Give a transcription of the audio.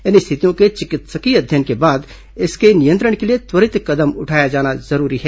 इन स्थितियों के चिकित्सकीय अध्ययन के बाद इसके नियंत्रण के लिए त्वरित कदम उठाया जाना जरूरी है